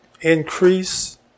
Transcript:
increase